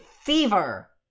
fever